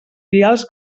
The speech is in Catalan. vials